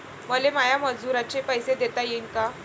मले माया मजुराचे पैसे देता येईन का?